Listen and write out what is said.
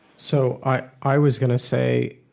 so i i was going to say,